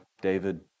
David